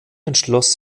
entschloss